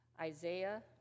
Isaiah